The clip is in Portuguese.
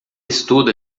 estuda